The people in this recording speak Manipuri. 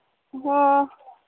ꯑꯣ